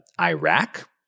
Iraq